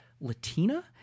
Latina